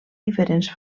diferents